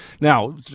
Now